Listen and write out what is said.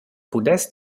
pudess